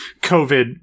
COVID